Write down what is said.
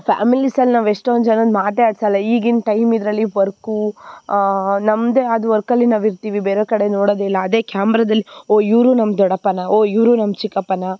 ಫ್ಯಾಮಿಲೀಸಲ್ಲಿ ನಾವು ಎಷ್ಟೊಂದು ಜನನ ಮಾತೇ ಆಡಿಸಲ್ಲ ಈಗಿನ ಟೈಮ್ ಇದರಲ್ಲಿ ವರ್ಕೂ ನಮ್ಮದೇ ಆದ ವರ್ಕಲ್ಲಿ ನಾವು ಇರ್ತೀವಿ ಬೇರೆವ್ರ ಕಡೆ ನೋಡೋದಿಲ್ಲ ಅದೇ ಕ್ಯಾಮ್ರದಲ್ಲಿ ಓಹ್ ಇವರು ನಮ್ಮ ದೊಡ್ಡಪ್ಪನಾ ಓಹ್ ಇವರು ನಮ್ಮ ಚಿಕ್ಕಪ್ಪನಾ